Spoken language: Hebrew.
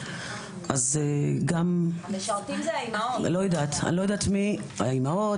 אני לא יודעת מי האימהות,